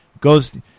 goes